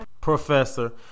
professor